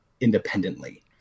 independently